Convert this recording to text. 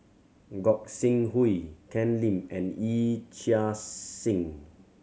Gog Sing Hooi Ken Lim and Yee Chia Hsing